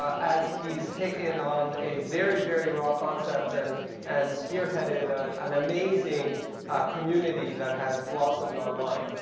as he's taken on a very, very raw concept and and spearheaded an amazing community that has blossomed online.